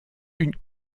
une